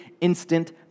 instant